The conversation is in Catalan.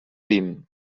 vint